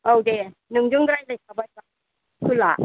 औ दे नोंजों रायलाय खाबाय होला